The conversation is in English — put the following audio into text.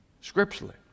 scripturally